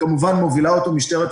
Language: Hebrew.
שכמובן מובילה אותו משטרת ישראל.